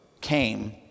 came